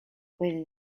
within